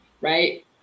right